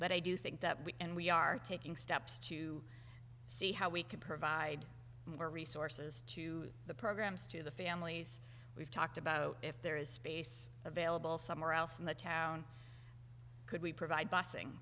but i do think that we and we are taking steps to see how we can provide more resources to the programs to the families we've talked about if there is space available somewhere else in the town could we provide bussing